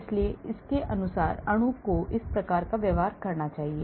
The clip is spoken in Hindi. इसलिए उनके अनुसार अणु को इस प्रकार का व्यवहार करना चाहिए